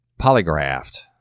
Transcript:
polygraphed